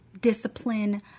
discipline